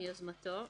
מיוזמתו,